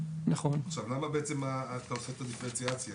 למה בעצם אתה עושה את הדיפרנציאציה?